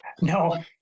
no